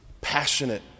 passionate